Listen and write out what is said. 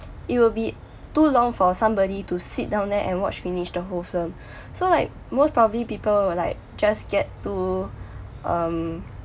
it will be too long for somebody to sit down there and watch finish the whole film so like most probably people will like just get to um